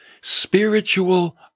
spiritual